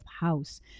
house